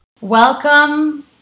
Welcome